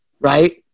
right